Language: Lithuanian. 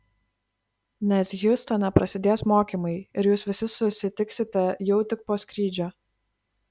nes hjustone prasidės mokymai ir jūs visi susitiksite jau tik po skrydžio